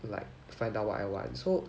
like find out what I want so